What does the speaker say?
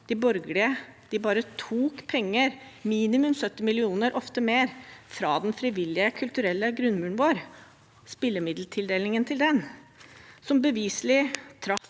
borgerlige bare tok penger, minimum 70 mill. kr, ofte mer, fra den frivillige kulturelle grunnmuren vår – spillemiddeltildelingen til den. Ordningen traff